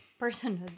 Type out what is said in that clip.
Personhood